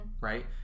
Right